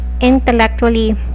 intellectually